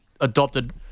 adopted